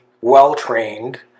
well-trained